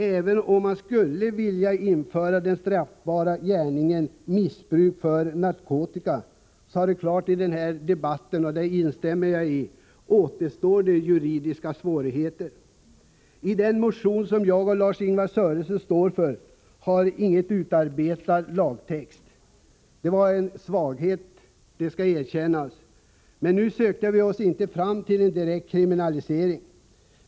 Även om man skulle vilja införa den särskilda straffbara gärningen ”missbruk av narkotika”, återstår juridiska svårigheter. I den motion som jag och Lars-Ingvar Sörenson står för finns ingen utarbetad lagtext. Det var en svaghet, det skall erkännas, men vi sökte oss inte fram till en direkt kriminalisering.